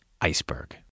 iceberg